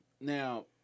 Now